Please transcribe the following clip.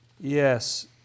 Yes